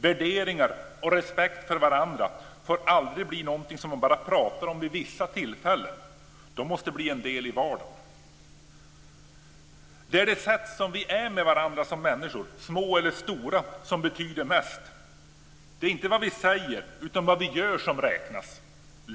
Värderingar och respekt för varandra får aldrig bli någonting som man bara pratar om vid vissa tillfällen - det måste bli en del i vardagen. Det är det sätt som vi är med varandra på som människor, små eller stora, som betyder mest. Det är inte vad vi säger utan vad vi gör som räknas.